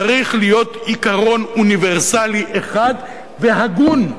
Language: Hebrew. צריך להיות עיקרון אוניברסלי אחד והגון.